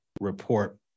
report